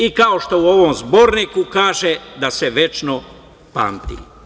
I kao što u ovom zborniku kaže - da se večno pamti.